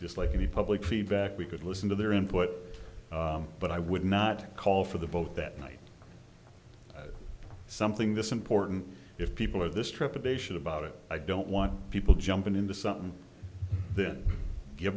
just like any public feedback we could listen to their input but i would not call for the vote that night something this important if people are this trepidation about it i don't want people jumping into something then give